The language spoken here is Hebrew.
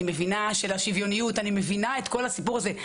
אני מבינה את השוויוניות ואת כל הסיפור הזה,